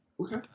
Okay